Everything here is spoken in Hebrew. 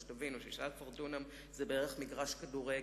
שתבינו, 16 דונם זה בערך מגרש כדורגל.